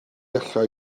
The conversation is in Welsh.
allai